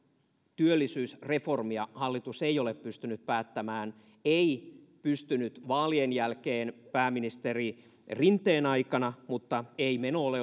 työllisyysreformia hallitus ei ole pystynyt päättämään ei pystynyt vaalien jälkeen pääministeri rinteen aikana mutta ei meno ole